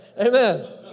Amen